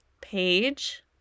page